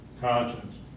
conscience